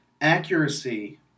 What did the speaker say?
accuracy